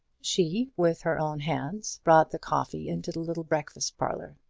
she, with her own hands, brought the coffee into the little breakfast parlour,